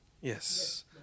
Yes